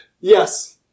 Yes